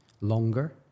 longer